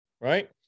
Right